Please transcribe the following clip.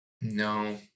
No